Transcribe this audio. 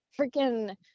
freaking